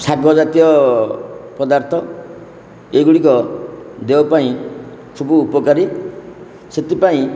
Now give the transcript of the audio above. ଶାଗ ଜାତୀୟ ପଦାର୍ଥ ଏଗୁଡ଼ିକ ଦେହ ପାଇଁ ସବୁ ଉପକାରୀ ସେଥିପାଇଁ